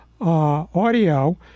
audio